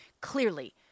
clearly –